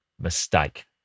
Mistake